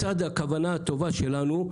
מצד הכוונה הטובה שלנו,